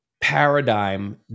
paradigm